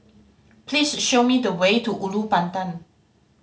please show me the way to Ulu Pandan